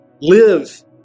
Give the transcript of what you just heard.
live